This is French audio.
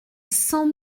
cent